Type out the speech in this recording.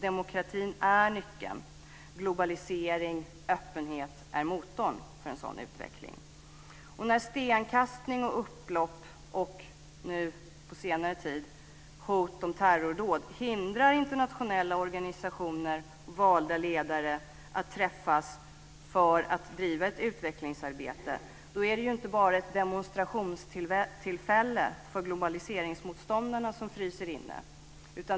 Demokratin är nyckeln, och globalisering och öppenhet är motorn för en sådan utveckling. När stenkastning, upplopp och nu på senare tid hot om terrordåd hindrar internationella organisationer och valda ledare att träffas för att driva ett utvecklingsarbete är det inte bara ett demonstrationstillfälle för globaliseringsmotståndarna som fryser inne.